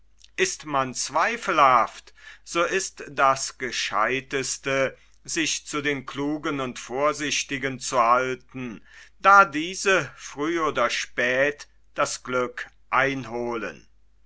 ist man zweifelhaft so ist das gescheuteste sich zu den klugen und vorsichtigen zu halten da diese früh oder spät das glück einholen